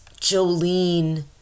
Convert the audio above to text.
Jolene